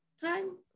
time